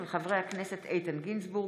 של חברי הכנסת איתן גינזבורג,